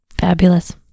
Fabulous